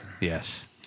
Yes